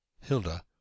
Hilda